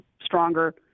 stronger